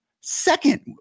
second